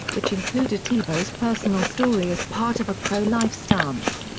which included tebow's personal story as part of a pro-life stance.